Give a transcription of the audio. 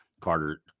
Carter